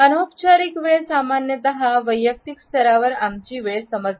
अनौपचारिक वेळ सामान्यत वैयक्तिक स्तरावर आमची वेळ समजणे